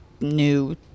new